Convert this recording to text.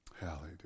Hallelujah